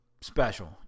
Special